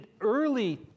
early